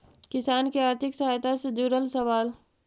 किसान के आर्थिक सहायता से जुड़ल सवाल?